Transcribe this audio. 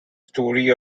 story